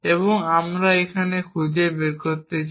এবং আমরা এখন খুঁজে বের করতে চাই